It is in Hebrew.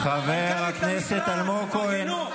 חבר'ה, מנכ"לית למשרד, תפרגנו.